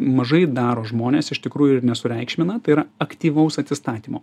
mažai daro žmonės iš tikrųjų ir nesureikšmina ir aktyvaus atsistatymo